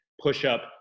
push-up